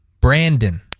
Brandon